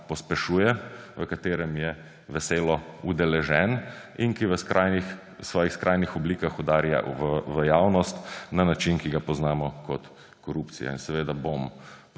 pospešuje, v katerem je veselo udeležen in ki v svojih skrajnih oblikah udarja v javnost na način, ki ga poznamo kot korupcija. In seveda bom